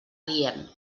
guien